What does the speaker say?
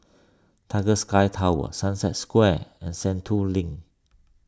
Tiger Sky Tower Sunset Square and Sentul Link